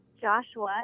Joshua